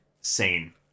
sane